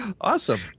Awesome